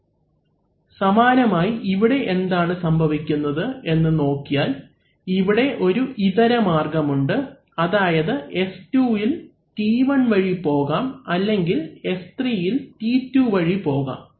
അവലംബിക്കുന്ന സ്ലൈഡ് സമയം 1354 സമാനമായി ഇവിടെ എന്താണ് സംഭവിക്കുന്നത് എന്ന് നോക്കിയാൽ ഇവിടെ ഒരു ഇതര മാർഗമുണ്ട് അതായത് S2ഇൽ T1 വഴി പോകാം അല്ലെങ്കിൽ S3ഇൽ T2 വഴി പോകാം